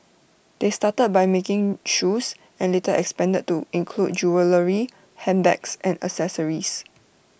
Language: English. they started by making shoes and later expanded to include jewellery handbags and accessories